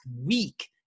week